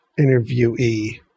interviewee